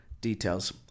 details